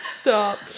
Stop